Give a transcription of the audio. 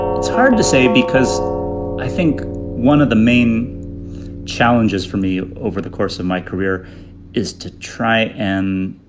it's hard to say because i think one of the main challenges for me over the course of my career is to try and.